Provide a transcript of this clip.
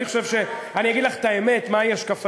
אני חושב, אגיד לך את האמת מה השקפתי.